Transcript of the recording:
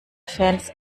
fans